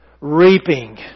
Reaping